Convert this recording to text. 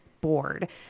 board